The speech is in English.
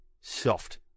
Soft